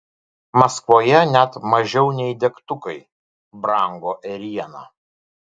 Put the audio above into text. maskvoje net mažiau nei degtukai brango ėriena